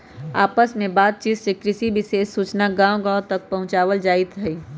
आपस में बात चित से कृषि विशेष सूचना गांव गांव तक पहुंचावल जाईथ हई